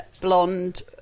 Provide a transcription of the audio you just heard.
blonde